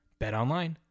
BetOnline